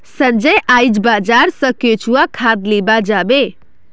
संजय आइज बाजार स केंचुआ खाद लीबा जाबे